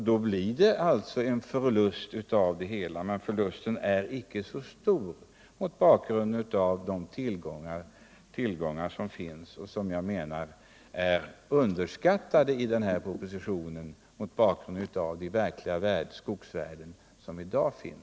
Då blir det en förlust, men förlusten blir inte så stor mot bakgrund av befintliga tillgångar, vilka jag, med hänsyn till de verkliga skogsvärden som i dag finns, menar är underskattade i den här propositionen.